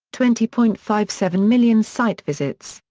twenty point five seven million site visits,